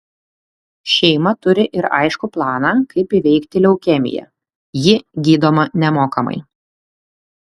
šeima turi ir aiškų planą kaip įveikti leukemiją ji gydoma nemokamai